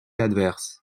adverse